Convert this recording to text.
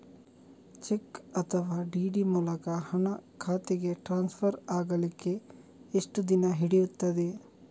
Check ಅಥವಾ DD ಮೂಲಕ ಹಣ ಖಾತೆಗೆ ಟ್ರಾನ್ಸ್ಫರ್ ಆಗಲಿಕ್ಕೆ ಎಷ್ಟು ದಿನ ಹಿಡಿಯುತ್ತದೆ?